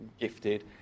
Gifted